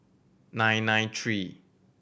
nine nine three